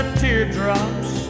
teardrops